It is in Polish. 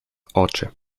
oczy